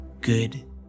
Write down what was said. Good